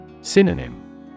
Synonym